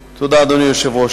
תודה, אדוני היושב-ראש.